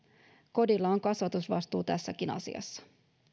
kodilla on kasvatusvastuu tässäkin asiassa